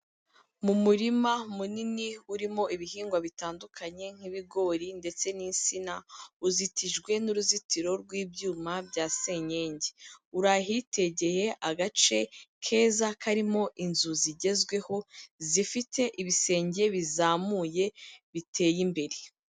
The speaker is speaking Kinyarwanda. Mu murima munini urimo ibihingwa bitandukanye, nk'ibigori ndetse n'insina, uzitijwe n'uruzitiro rw'ibyuma bya senkengi, uri ahitegeye agace keza karimo inzu zigezweho zifite ibisenge bizamuye biteye imbere.